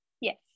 Yes